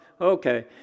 okay